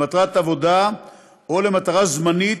למטרת עבודה או למטרה זמנית,